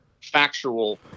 factual